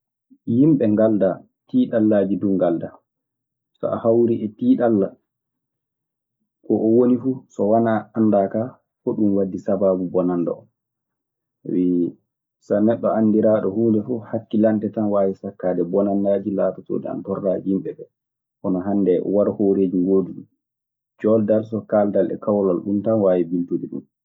Yimɓe ngaldaa, tiiɗallaaji duu ngaldaa so a hawrii e tiiɗalla ko o woni fuu so wanaa anndaa ka hoɗum waddi sabaabu bonanda oo. so neɗɗo anndiraaɗo huunde fuu; hakkilante tam waawi sakkaade bonandaaji laaatotooɗi ana torra yimɓe ɓee. Hono hannde warhooreeji ngooduɗi ɗi, joodal so kaaldal e kawral tam waawi biltude ɗum.